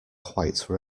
quite